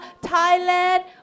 Thailand